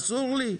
אסור לי?